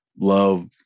love